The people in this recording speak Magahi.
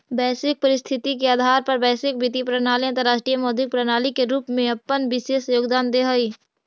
वैश्विक परिस्थिति के आधार पर वैश्विक वित्तीय प्रणाली अंतरराष्ट्रीय मौद्रिक प्रणाली के रूप में अपन विशेष योगदान देऽ हई